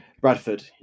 Bradford